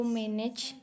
manage